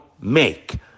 make